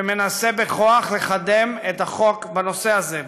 שמנסה בכוח לקדם את החוק בנושא הזה.